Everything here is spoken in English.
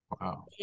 Wow